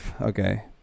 okay